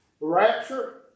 rapture